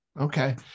Okay